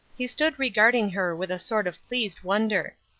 he stood regarding her with a sort of pleased wonder.